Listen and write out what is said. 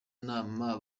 nama